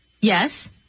Yes